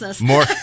more